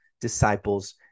disciples